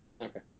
Okay